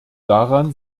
daran